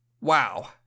Wow